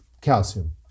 calcium